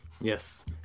Yes